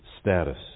status